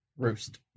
Roost